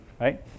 right